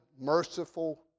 merciful